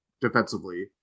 defensively